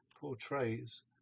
portrays